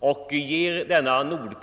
Nordkult skall